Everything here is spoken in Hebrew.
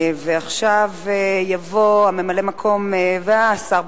ועכשיו יבוא ממלא-מקום והשר בפועל,